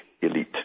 elite